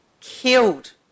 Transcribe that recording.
killed